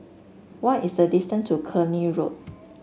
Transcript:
what is the distance to Cluny Road